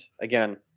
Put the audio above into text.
again